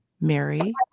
mary